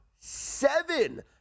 seven